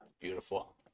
Beautiful